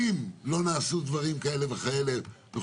אם לא נעשו דברים כאלה וכאלה,